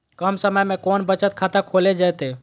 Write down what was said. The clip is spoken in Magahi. कम समय में कौन बचत खाता खोले जयते?